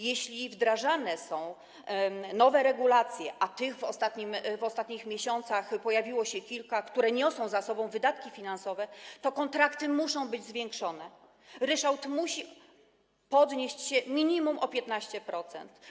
Jeśli wdrażane są nowe regulacje, a tych w ostatnich miesiącach pojawiło się kilka, które niosą za sobą wydatki finansowe, to kontrakty muszą być zwiększone, ryczałt musi podnieść się minimum o 15%.